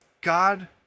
God